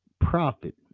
profit